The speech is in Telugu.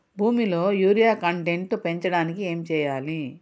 భూమిలో యూరియా కంటెంట్ పెంచడానికి ఏం చేయాలి?